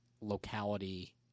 locality